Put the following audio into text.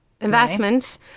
investment